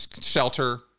shelter